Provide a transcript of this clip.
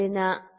60 3